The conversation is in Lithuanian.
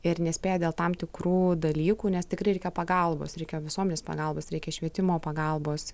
ir nespėja dėl tam tikrų dalykų nes tikrai reikia pagalbos reikia visuomenės pagalbos reikia švietimo pagalbos